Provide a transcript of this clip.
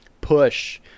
push